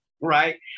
right